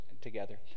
together